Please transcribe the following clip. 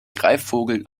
greifvogel